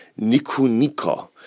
Nikunika